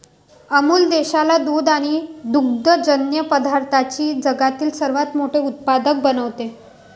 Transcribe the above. अमूल देशाला दूध आणि दुग्धजन्य पदार्थांचे जगातील सर्वात मोठे उत्पादक बनवते